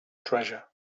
treasure